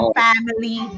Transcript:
family